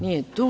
Nije tu.